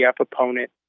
opponent